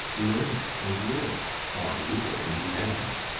learn it and live or leave it and be damned.